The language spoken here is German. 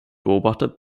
beobachter